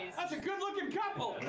that's a good looking couple.